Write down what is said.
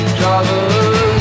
drivers